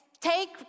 take